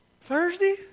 Thursday